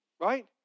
right